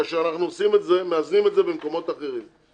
כאשר אנחנו מאזנים את זה במקומות אחרים.